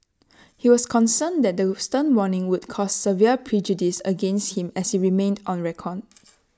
he was concerned that the stern warning would cause severe prejudice against him as IT remained on record